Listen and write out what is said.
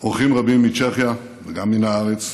אורחים רבים מצ'כיה וגם מן הארץ,